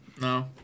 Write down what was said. No